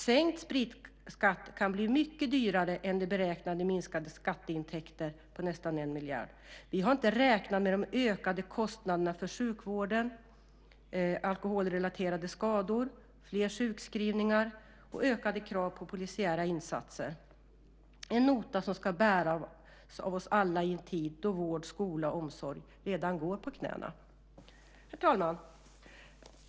Sänkt spritskatt kan dock bli mycket dyrare än de beräknade minskade skatteintäkterna på nästan 1 miljard. Vi har inte räknat med de ökade kostnaderna i sjukvården för alkoholrelaterade skador, fler sjukskrivningar och ökade krav på polisiära insatser - en nota som ska bäras av oss alla i en tid då vård, skola och omsorg redan går på knäna. Herr talman!